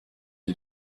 his